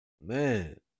man